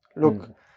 Look